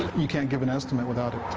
you can't give an estimate without it.